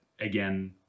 again